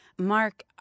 Mark